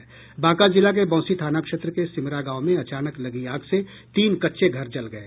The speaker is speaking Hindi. बांका जिला के बौंसी थाना क्षेत्र के सिमरा गांव में अचानक लगी आग से तीन कच्चे घर जल गए